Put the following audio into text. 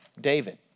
David